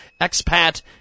expat